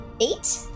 Eight